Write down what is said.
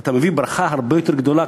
אתה מביא ברכה הרבה יותר גדולה,